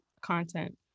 content